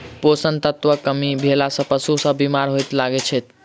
पोषण तत्वक कमी भेला सॅ पशु सभ बीमार होमय लागैत छै